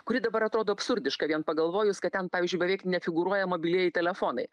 kuri dabar atrodo absurdiška vien pagalvojus kad ten pavyzdžiui beveik nefigūruoja mobilieji telefonai